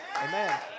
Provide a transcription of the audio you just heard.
Amen